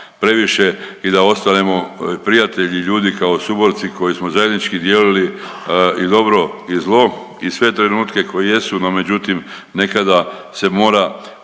previše i da ostanemo prijatelji i ljudi kao suborci koji smo zajednički dijelili i dobro i zlo i sve trenutke koji jesu, no međutim, nekada se mora